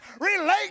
relate